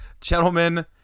Gentlemen